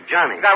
Johnny